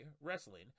Wrestling